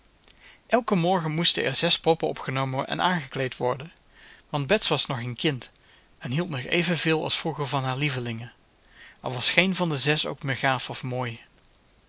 elken morgen moesten er zes poppen opgenomen en aangekleed worden want bets was nog een kind en hield nog evenveel als vroeger van haar lievelingen al was geen van de zes ook meer gaaf of mooi